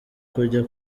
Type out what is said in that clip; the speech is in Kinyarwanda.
kujya